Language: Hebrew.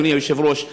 אדוני היושב-ראש,